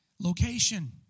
Location